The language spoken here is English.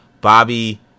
Bobby